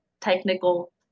technical